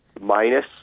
minus